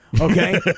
Okay